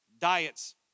diets